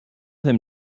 him